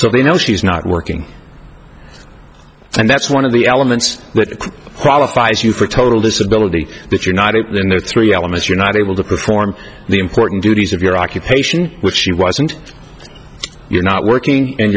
we know she's not working and that's one of the elements that qualifies you for total disability that you're not in the three elements you're not able to perform the important duties of your occupation which she was and you're not working and